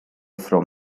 from